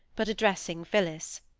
but addressing phillis.